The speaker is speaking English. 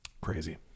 crazy